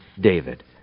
David